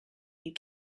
you